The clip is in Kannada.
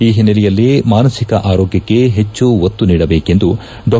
ಈ ಹಿನ್ನೆಲೆಯಲ್ಲಿ ಮಾನಸಿಕ ಆರೋಗ್ಯಕ್ಷೆ ಹೆಚ್ಚು ಒತ್ತು ನೀಡಬೇಕೆಂದು ಡಾ